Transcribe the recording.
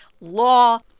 law